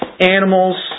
animals